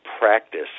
practice